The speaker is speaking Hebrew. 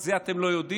את זה אתם לא יודעים?